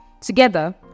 Together